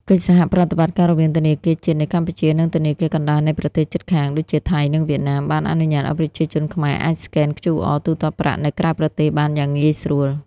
កិច្ចសហប្រតិបត្តិការរវាងធនាគារជាតិនៃកម្ពុជា និងធនាគារកណ្ដាលនៃប្រទេសជិតខាង (ដូចជាថៃ និងវៀតណាម) បានអនុញ្ញាតឱ្យប្រជាជនខ្មែរអាចស្កែន QR ទូទាត់ប្រាក់នៅក្រៅប្រទេសបានយ៉ាងងាយស្រួល។